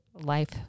life